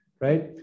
right